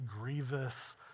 grievous